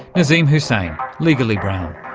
nazeem hussain, legally brown.